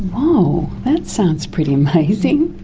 wow, that sounds pretty amazing.